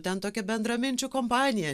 ten tokia bendraminčių kompanija